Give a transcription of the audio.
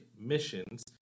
missions